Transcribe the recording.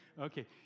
okay